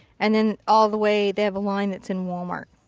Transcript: and then all the way. they have a line that's in walmart.